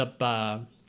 up